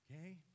okay